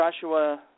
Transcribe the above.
Joshua